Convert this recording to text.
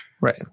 Right